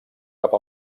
cap